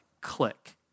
click